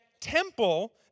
temple